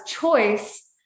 choice